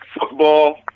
football